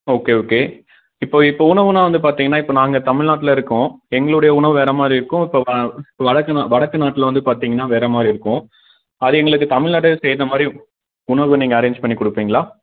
okay okay இப்போது இப்போது உணவுன்னால் வந்து பார்த்தீங்கன்னா இப்போ நாங்கள் தமிழ்நாட்ல இருக்கோம் எங்களுடைய உணவு வேறு மாதிரி இருக்கும் இப்போ வ வடக்கு நா வடக்கு நாட்டில் வந்து பார்த்தீங்கன்னா வேறு மாதிரி இருக்கும் அது எங்களுக்கு தமிழ்நாடு சேர்ந்த மாரி உணவு நீங்கள் அரேஞ்ச் பண்ணிக் கொடுப்பீங்களா